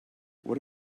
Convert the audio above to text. what